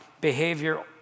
behavior